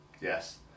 Yes